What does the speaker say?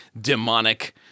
demonic